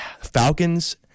Falcons